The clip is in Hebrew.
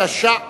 התש"ע 2010,